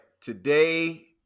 Today